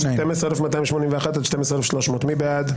12,221 עד 12,240, מי בעד?